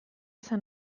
esan